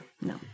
No